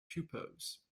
pupils